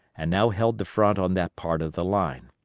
and now held the front on that part of the line.